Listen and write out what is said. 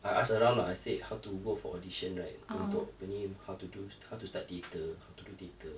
I asked around lah I said how to go for audition right untuk apa ni how to d~ start theatre how to do theatre